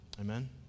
Amen